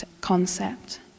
concept